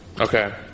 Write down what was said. Okay